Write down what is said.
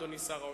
אדוני שר האוצר,